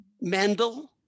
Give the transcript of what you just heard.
mendel